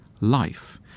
life